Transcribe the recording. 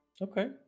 okay